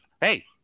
Hey